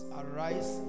arise